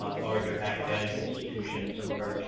um larger academic institutions, some of are